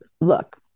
look